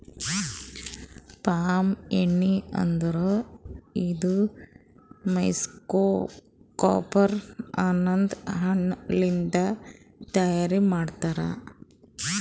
palm ಎಣ್ಣಿ ಅಂದುರ್ ಇದು ಮೆಸೊಕಾರ್ಪ್ ಅನದ್ ಹಣ್ಣ ಲಿಂತ್ ತೈಯಾರ್ ಮಾಡ್ತಾರ್